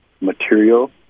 material